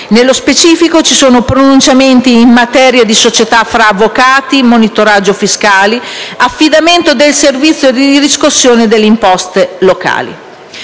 Nello specifico ci sono pronuncie in materia di società fra avvocati, monitoraggio fiscale, affidamento del servizio di riscossione delle imposte locali.